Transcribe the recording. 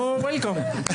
נו, וולקאם.